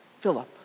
Philip